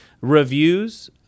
reviews